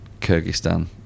Kyrgyzstan